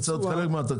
לדעת, ללמוד מזה?